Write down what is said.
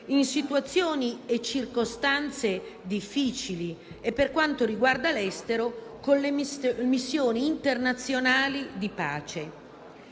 in situazioni e circostanze difficili e, per quanto riguarda l'estero, con le missioni internazionali di pace.